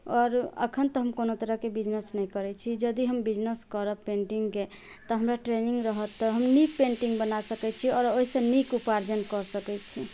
आओर अखन तक हम कोनो तरहके बिजनेस नहि करैत छी यदि हम बिजनेस करब पेंटिङ्गके तऽ हमरा ट्रेनिङ्ग रहत तऽ हम नीक पेंटिङ्ग बना सकैत छी आओर ओहि से नीक उपार्जन कऽ सकैत छी